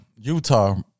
Utah